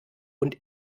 und